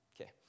okay